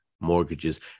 mortgages